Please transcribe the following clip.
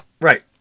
Right